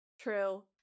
True